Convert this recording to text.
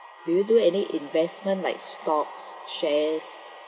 do you do any investment like stocks shares